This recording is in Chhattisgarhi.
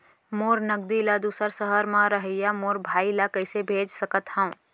मोर नगदी ला दूसर सहर म रहइया मोर भाई ला कइसे भेज सकत हव?